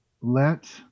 let